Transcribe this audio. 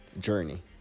journey